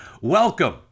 Welcome